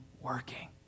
working